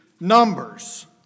numbers